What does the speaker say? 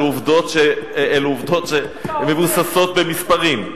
אלה עובדות שמבוססות במספרים.